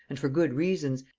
and for good reasons,